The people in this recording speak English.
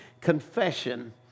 confession